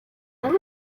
ari